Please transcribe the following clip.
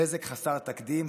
"נזק חסר תקדים",